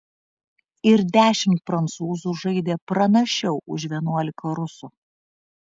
ir dešimt prancūzų žaidė pranašiau už vienuolika rusų